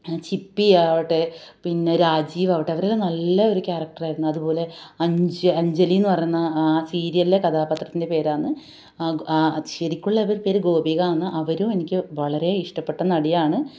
ചിപ്പിയാവട്ടെ പിന്നെ രാജീവ് ആവട്ടെ അവരെല്ലാം നല്ല ഒരു കാരെക്റ്റർ ആയിരുന്നു അതുപോലെ അഞ്ച് അഞ്ജലി എന്ന് പറയുന്ന ആ സീരിയലിലെ കഥാപാത്രത്തിൻ്റെ പേരാണ് ആ കു ആ ശരിക്കുള്ള അവരുടെ പേര് ഗോപിക എന്ന് അവരും എനിക്ക് വളരെ ഇഷ്ടപ്പെട്ട നടിയാണ്